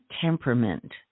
temperament